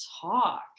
talk